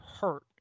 hurt